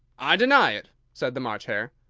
i deny it! said the march hare.